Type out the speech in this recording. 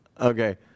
okay